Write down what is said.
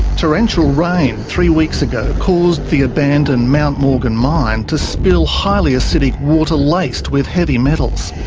torrential rain three weeks ago caused the abandoned mount morgan mine to spill highly acidic water laced with heavy metals.